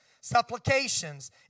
supplications